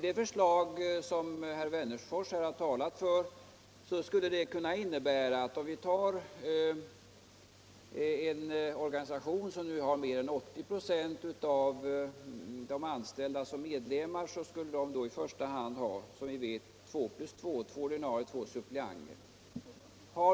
Det förslag herr Wennerfors har talat för skulle kunna innebära, om vi som exempel tar en organisation som har mer än 80 96 av de anställda som medlemmar, att den i första hand skulle ha två ordinarie ledamöter och två suppleanter, dvs. två plus två.